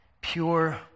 pure